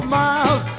miles